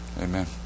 Amen